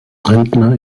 rentner